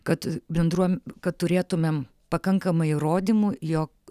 kad bendruom kad turėtumėm pakankamai įrodymų jog